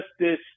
justice